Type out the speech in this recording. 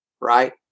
right